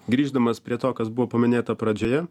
grįždamas prie to kas buvo paminėta pradžioje